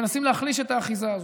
שמנסים להחליש את האחיזה הזאת.